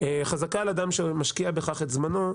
חזקה על אדם שמשקיע בכך את זמנו,